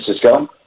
Francisco